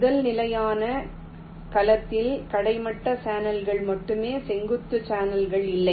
முதல் நிலையான கலத்தில் கிடைமட்ட சேனல்கள் மட்டுமே செங்குத்து சேனல்கள் இல்லை